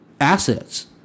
assets